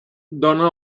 dóna